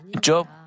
Job